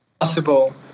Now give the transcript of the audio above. possible